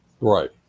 right